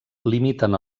limiten